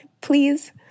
Please